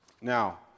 Now